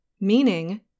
meaning